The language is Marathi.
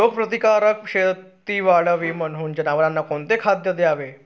रोगप्रतिकारक शक्ती वाढावी म्हणून जनावरांना कोणते खाद्य द्यावे?